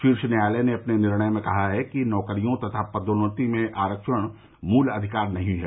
शीर्ष न्यायालय ने अपने निर्णय में कहा है कि नौकरियों तथा पदोन्नति में आरक्षण मूल अधिकार नहीं है